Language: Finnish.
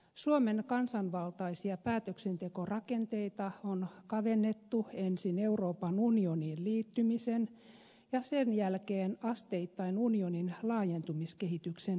suomen kansanvaltaisia päätöksentekorakenteita on kavennettu ensin euroopan unioniin liittymisen ja sen jälkeen asteittain unionin laajentumiskehityksen seurauksena